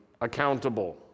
accountable